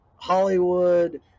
Hollywood